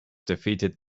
defeated